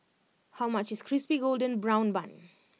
how much is Crispy Golden Brown Bun